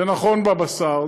זה נכון בבשר,